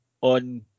on